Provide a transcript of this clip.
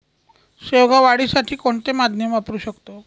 शेवगा वाढीसाठी कोणते माध्यम वापरु शकतो?